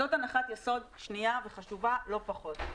זאת הנחת יסוד שנייה וחשובה לא פחות.